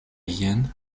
jen